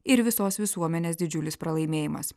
ir visos visuomenės didžiulis pralaimėjimas